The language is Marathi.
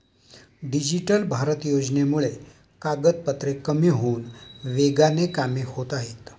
डिजिटल भारत योजनेमुळे कागदपत्रे कमी होऊन वेगाने कामे होत आहेत